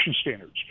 standards